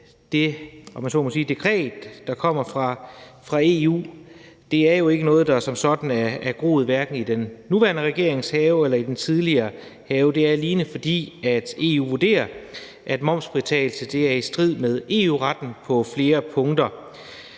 det dekret, der kommer fra EU, jo ikke er noget, der som sådan er groet i hverken den nuværende regerings eller i den tidligere regerings have. Det er alene, fordi EU vurderer, at momsfritagelse er i strid med EU-retten på flere punkter.